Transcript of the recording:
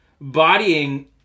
Bodying